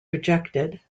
rejected